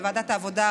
בוועדת העבודה,